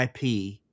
IP